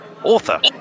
author